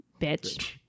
bitch